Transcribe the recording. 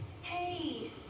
Hey